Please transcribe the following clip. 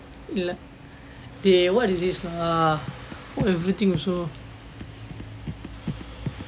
இல்லை:illai dey what is this lah why everything also